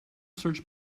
search